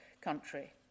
country